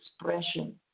expression